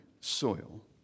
soil